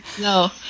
No